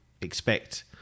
expect